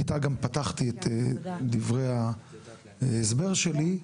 איתה גם פתחתי את דבריי ההסבר שלי,